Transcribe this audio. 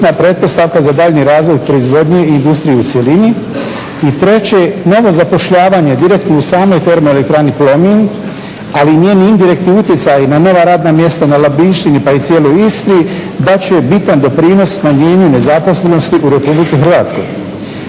bitna pretpostavka za daljnji razvoj proizvodnje i industrije u cjelini. I treće, novo zapošljavanje direktno u samoj termoelektrani Plomin, ali i njen indirektni utjecaj na nova radna mjesta na Labinštini pa i cijeloj Istri, dat će joj bitan doprinos smanjenju nezaposlenosti u RH. Moje